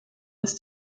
ist